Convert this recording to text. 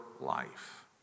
life